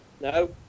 No